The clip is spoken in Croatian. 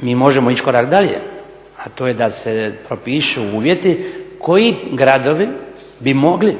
mi možemo ići korak dalje a to je da se propišu uvjeti koji gradovi bi mogli